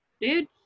dude